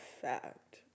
fact